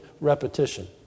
repetition